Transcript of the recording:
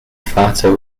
fatah